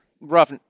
rough